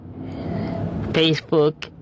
Facebook